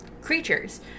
creatures